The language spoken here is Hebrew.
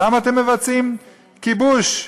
למה אתם מבצעים כיבוש?